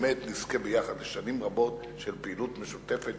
שבאמת נזכה ביחד לשנים רבות של פעילות משותפת,